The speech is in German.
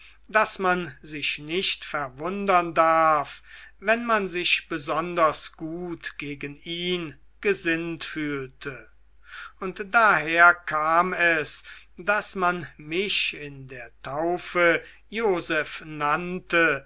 daß man sich nicht verwundern darf wenn man sich besonders gut gegen ihn gesinnt fühlte und daher kam es daß man mich in der taufe joseph nannte